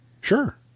Sure